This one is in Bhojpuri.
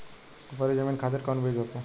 उपरी जमीन खातिर कौन बीज होखे?